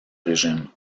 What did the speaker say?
régime